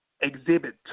exhibit